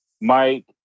Mike